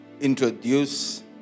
introduce